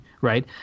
right